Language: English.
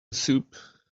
soup